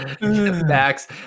Max